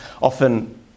often